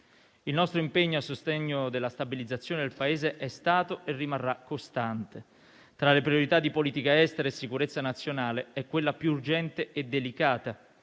Il nostro impegno a sostegno della stabilizzazione del Paese è stato e rimarrà costante. Tra le priorità di politica estera e sicurezza nazionale è quella più urgente e delicata.